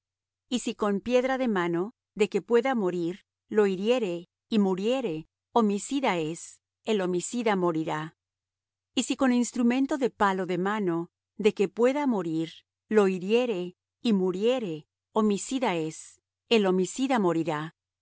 y si con piedra de mano de que pueda morir lo hiriere y muriere homicida es el homicida morirá y si con instrumento de palo de mano de que pueda morir lo hiriere y muriere homicida es el homicida morirá